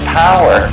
power